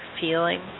feeling